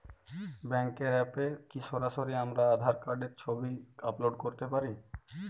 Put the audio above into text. ব্যাংকের অ্যাপ এ কি সরাসরি আমার আঁধার কার্ডের ছবি আপলোড করতে পারি?